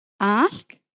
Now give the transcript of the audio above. Ask